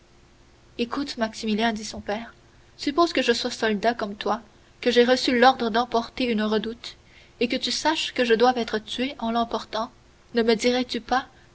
écoute maximilien dit son père suppose que je sois soldat comme toi que j'aie reçu l'ordre d'emporter une redoute et que tu saches que je doive être tué en l'emportant ne me dirais-tu pas